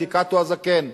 כקאטו הזקן: